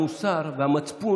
הוא אמר לי, מירב,